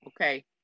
Okay